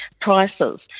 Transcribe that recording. prices